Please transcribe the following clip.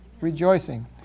Rejoicing